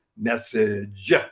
message